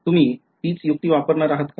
तुम्ही तीच युक्ती वापरणार आहात का